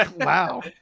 Wow